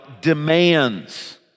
demands